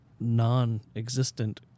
non-existent